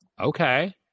Okay